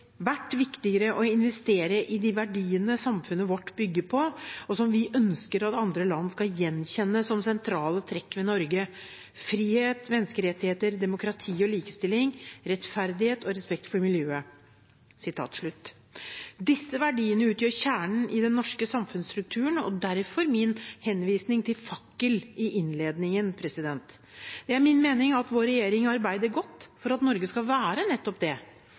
vært viktigere å investere i verdiene samfunnet vårt bygger på, og som vi ønsker at andre land skal gjenkjenne som sentrale trekk ved Norge: frihet, menneskerettigheter, demokrati, likestilling, rettferdighet og respekt for miljøet.» Disse verdiene utgjør kjernen i den norske samfunnsstrukturen, derfor min henvisning til fakkel i innledningen. Det er min mening at vår regjering arbeider godt for at Norge skal være nettopp det.